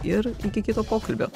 ir iki kito pokalbio